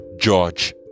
George